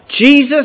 Jesus